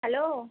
hello